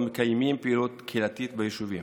המקיימות פעילות קהילתית ביישובים.